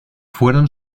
fueron